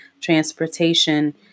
transportation